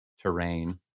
terrain